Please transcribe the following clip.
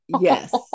Yes